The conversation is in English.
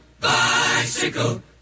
bicycle